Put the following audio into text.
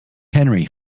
henry